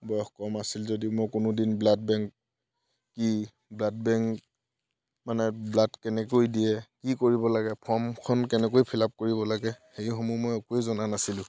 বয়স কম আছিল যদিও মই কোনোদিন ব্লাড বেংক কি ব্লাড বেংক মানে ব্লাড কেনেকৈ দিয়ে কি কৰিব লাগে ফৰ্মখন কেনেকৈ ফিল আপ কৰিব লাগে সেইসমূহ মই একোৱেই জনা নাছিলোঁ